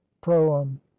proem